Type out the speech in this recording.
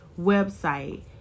website